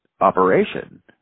operation